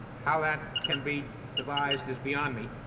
how that can be devised is beyond me,